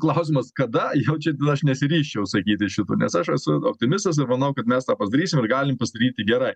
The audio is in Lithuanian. klausimas kada jau čia aš nesiryžčiau sakyti šito nes aš esu optimistas ir manau kad mes padarysim ir galim pasidaryti gerai